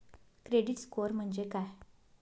Credit score म्हणजे काय?